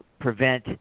prevent